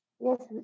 Yes